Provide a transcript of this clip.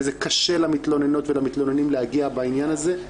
וזה קשה למתלוננות ולמתלוננים להגיע בעניין הזה.